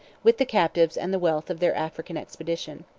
with the captives and the wealth of their african expedition.